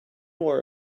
wore